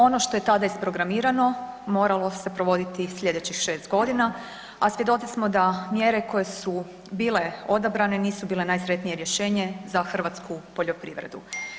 Ono što je tada isprogramirano moralo se provoditi slijedećih 6 godina, a svjedoci smo da mjere koje su bile odabrane nisu bile najsretnije rješenje za hrvatsku poljoprivredu.